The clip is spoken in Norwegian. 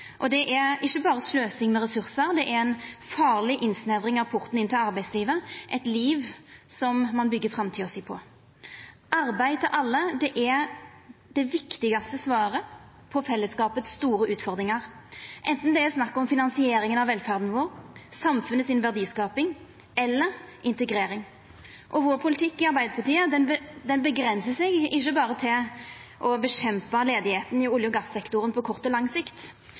Det er ikkje berre sløsing med ressursar, det er ei farleg innsnevring av porten inn til arbeidslivet – eit liv som ein byggjer framtida si på. Arbeid til alle er det viktigaste svaret på dei store utfordringane fellesskapen har – anten det er snakk om finansiering av velferda vår, samfunnet si verdiskaping eller integrering. Vår politikk i Arbeidarpartiet avgrensar seg ikkje berre til å kjempa mot arbeidsløysa i olje- og gassektoren på kort og lang sikt,